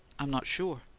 i'm not sure.